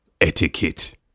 etiquette